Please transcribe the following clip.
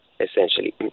essentially